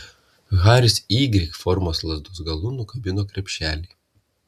haris y formos lazdos galu nukabino krepšelį